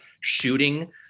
shooting